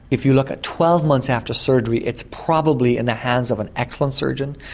if you look at twelve months after surgery it's probably in the hands of an excellent surgeon,